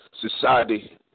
society